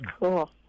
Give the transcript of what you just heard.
Cool